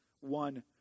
one